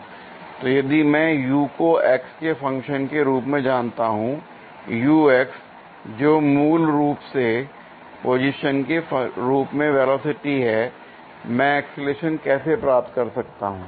तो यदि मैं u को x के फंक्शन के रूप में जानता हूं जो मूल रूप से पोजीशन के फंक्शन के रूप में वेलोसिटी है मैं एक्सीलरेशन कैसे प्राप्त कर सकता हूं